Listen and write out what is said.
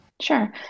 Sure